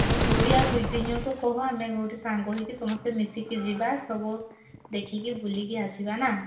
ହେଉ ତୁ ବି ଆଉ ଦୁଇ ତିନି ଜଣଙ୍କୁ କହ ଆମେ ଗୋଟେ ସାଙ୍ଗ ହେଇକି ସମସ୍ତେ ମିଶିକି ଯିବା ସବୁ ଦେଖିକି ବୁଲିକି ଆସିବା ନା